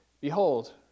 Behold